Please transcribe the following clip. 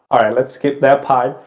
alright, let's skip that part.